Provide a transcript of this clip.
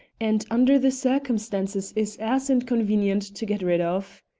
and under the circumstances is as inconvenient to get rid of.